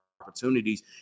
opportunities